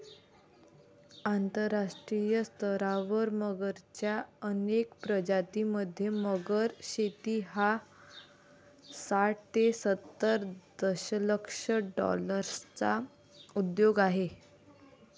आंतरराष्ट्रीय स्तरावर मगरच्या अनेक प्रजातीं मध्ये, मगर शेती हा साठ ते सत्तर दशलक्ष डॉलर्सचा उद्योग आहे